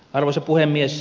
arvoisa puhemies